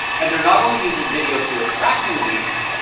and they're not only using video to attract new leads,